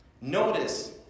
Notice